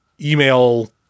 email